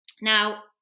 now